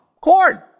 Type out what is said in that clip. Corn